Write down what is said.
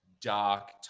dark